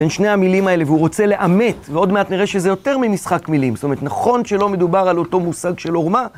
בין שני המילים האלה, והוא רוצה לעמת, ועוד מעט נראה שזה יותר ממשחק מילים. זאת אומרת, נכון שלא מדובר על אותו מושג של עורמה.